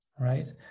right